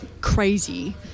crazy